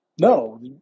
No